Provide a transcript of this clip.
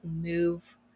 move